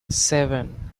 seven